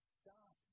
stop